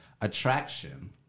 attraction